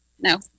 No